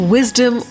Wisdom